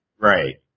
right